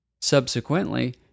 Subsequently